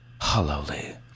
Hollowly